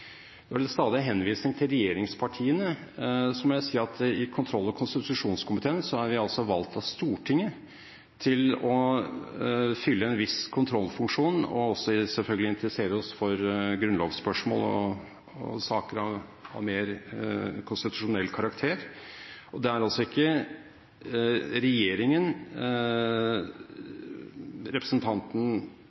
Da kan de be om styreinstruks, uten at det ligger noen dramatikk i det. Når det stadig er henvisning til regjeringspartiene, må jeg si at i kontroll- og konstitusjonskomiteen er vi valgt av Stortinget til å fylle en viss kontrollfunksjon og også selvfølgelig interessere oss for grunnlovsspørsmål og saker av mer konstitusjonell karakter. Det er ikke regjeringen representanten